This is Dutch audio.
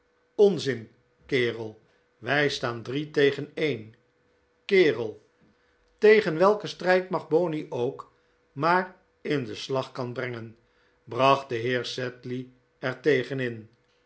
onzin kerel wij staan drie tegen een kerel tegen welke strijdmacht boney ook maar in den slag kan brengen bracht de heer sedley er tegen